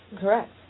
Correct